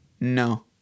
No